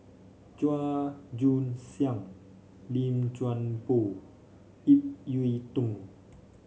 Chua Joon Siang Lim Chuan Poh Ip Yiu Tung